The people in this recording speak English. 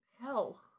hell